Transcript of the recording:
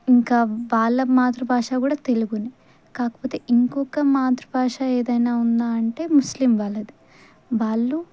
ఇంకా వాళ్ళ మాతృభాష కూడా తెలుగుని కాకపోతే ఇంకొక మాతృభాష ఏదైనా ఉంద అంటే ముస్లిం వాళ్ళది వాళ్ళు